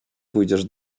pójdziesz